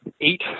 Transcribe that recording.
eight